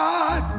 God